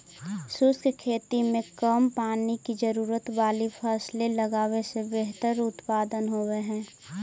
शुष्क खेती में कम पानी की जरूरत वाली फसलें लगावे से बेहतर उत्पादन होव हई